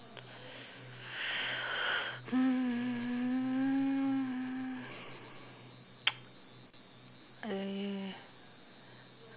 hmm